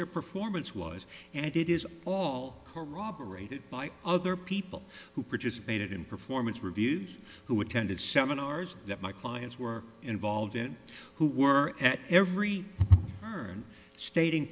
their performance was and it is all corroborated by other people who participated in performance reviews who attended seminars that my clients were involved in who were at every turn stating